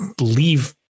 leave